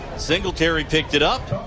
singletary picked it up.